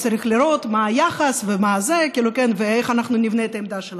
וצריך לראות מה היחס ואיך אנחנו נבנה את העמדה שלנו.